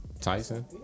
Tyson